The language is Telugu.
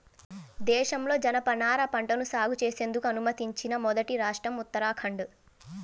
దేశంలో జనపనార పంటను సాగు చేసేందుకు అనుమతించిన మొదటి రాష్ట్రం ఉత్తరాఖండ్